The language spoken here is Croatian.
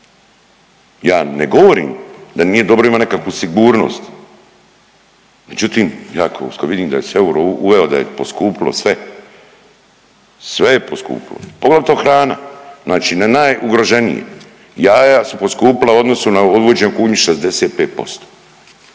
Ja ne govorim da nije dobro imati nekakvu sigurnost, međutim, nekako, kad vidim da se euro uveo, da je poskupilo sve, sve je poskupilo, poglavito hrana, znači na najugroženije, jaja su poskupila u odnosu na uvođenje .../Govornik